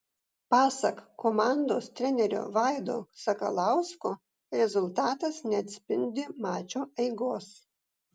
pasak komandos trenerio vaido sakalausko rezultatas neatspindi mačo eigos